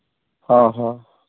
ᱦᱮᱸ ᱦᱮᱸ